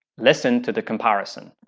listen to the comparison.